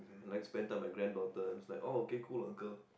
and like spend time with my granddaughter then I was like okay cool uncle